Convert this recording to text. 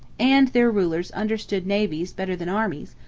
and their rulers understood navies better than armies,